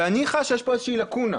ואני חש שיש פה איזושהי לקונה,